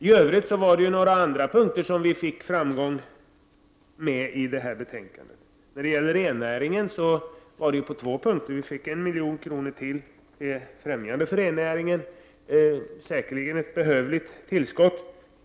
I övrigt finns det några andra punkter där centerpartiet har haft framgång i detta betänkande. Beträffande rennäringen gäller det två punkter. Vi har fått 1 milj.kr. till för ftämjande av rennäringen. Det är säkerligen ett behövligt tillskott.